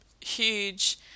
huge